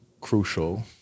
crucial